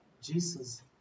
Jesus